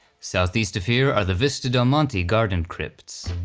southeast of here are the vista del monte garden crypts.